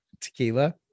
tequila